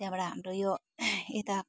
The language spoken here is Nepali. त्यहाँबाट हाम्रो यो यता